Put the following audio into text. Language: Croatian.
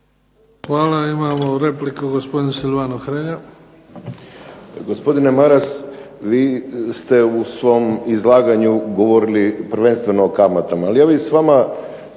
Hvala. Imamo repliku, gospodin Silvano Hrelja.